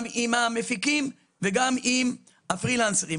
גם עם המפיקים וגם עם הפרילנסרים.